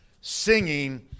Singing